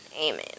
Amen